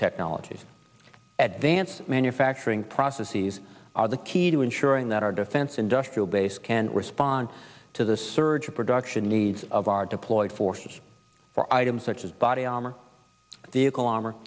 technologies advanced manufacturing processes are the key to ensuring that our defense industrial base can respond to the surge of production needs of our deployed forces for items such as body armor vehicle armor